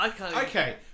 Okay